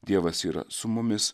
dievas yra su mumis